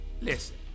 Listen